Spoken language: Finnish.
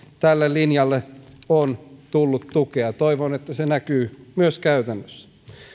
tälle linjalle on tullut tukea toivon että se näkyy myös käytännössä